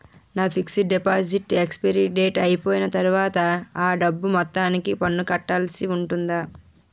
నా fixed deposit expiry date అయిపోయిన తర్వాత అ డబ్బు మొత్తానికి పన్ను కట్టాల్సి ఉంటుందా?